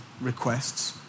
requests